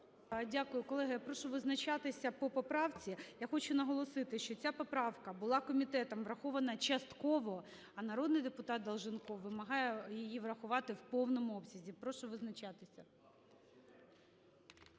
Дякую. Колеги, я прошу визначатися по поправці. Я хочу наголосити, що ця поправка була комітетом врахована частково, а народний депутат Долженков вимагає її врахувати в повному обсязі. Прошу визначатися.